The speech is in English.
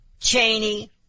Cheney